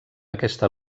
aquesta